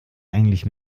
eigentlich